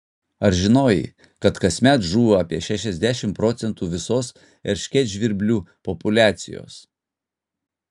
ar žinojai kad kasmet žūva apie šešiasdešimt procentų visos erškėtžvirblių populiacijos